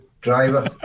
driver